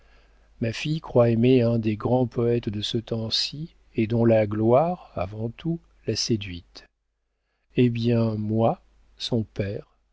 ma fille croit aimer un des grands poëtes de ce temps-ci et dont la gloire avant tout l'a séduite eh bien moi son père